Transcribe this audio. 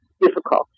difficult